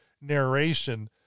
narration